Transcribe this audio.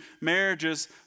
marriages